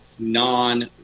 non